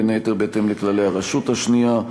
בין היתר בהתאם לכללי הרשות השנייה.